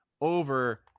over